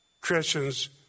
Christians